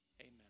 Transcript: Amen